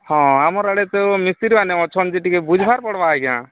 ହ ଆମର ଇୟାଡ଼େ ତ ମିସ୍ତ୍ରୀମାନେ ଅଛନ୍ତି ଟିକେ ବୁଝିବାର ପଡ଼ିବ ଆଜ୍ଞା